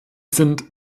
sind